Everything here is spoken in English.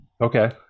Okay